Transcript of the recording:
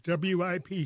WIP